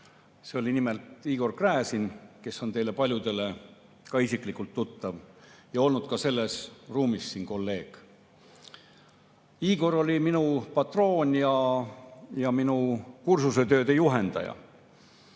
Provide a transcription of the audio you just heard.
See oli nimelt Igor Gräzin, kes on teile paljudele ka isiklikult tuttav ja olnud ka selles ruumis siin kolleeg. Igor oli minu patroon ja minu kursusetööde juhendaja.